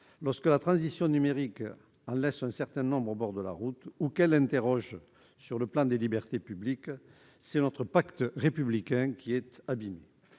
lorsque la transition numérique en laisse un certain nombre au bord de la route ou pose question quant au respect des libertés publiques, c'est notre pacte républicain qui est abimé.